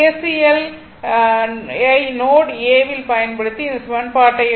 L I node A யில் பயன்படுத்தி இந்த சமன்பாட்டை எழுதலாம்